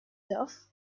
duff